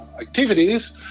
activities